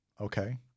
Okay